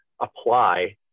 apply